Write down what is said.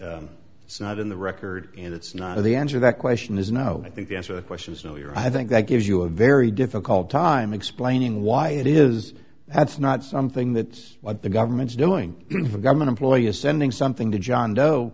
it's it's not in the record and it's not the answer that question is no i think the answer the question is no you are i think that gives you a very difficult time explaining why it is that's not something that what the government is doing for government employee is sending something to john doe